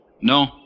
No